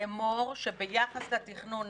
שביחס לתכנון,